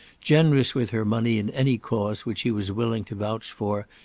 generous with her money in any cause which he was willing to vouch for,